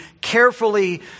carefully